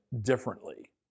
differently